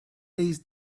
these